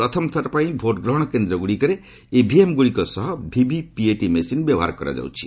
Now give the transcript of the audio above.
ପ୍ରଥମ ଥର ପାଇଁ ଭୋଟ୍ ଗ୍ରହଣ କେନ୍ଦ୍ରଗୁଡ଼ିକରେ ଇଭିଏମ୍ଗୁଡ଼ିକ ସହ ଭିଭିପିଏଟି ମେସିନ୍ ବ୍ୟବହାର କରାଯାଉଛି